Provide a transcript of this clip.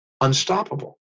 unstoppable